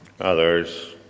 Others